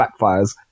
backfires